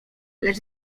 lecz